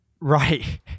Right